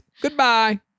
Goodbye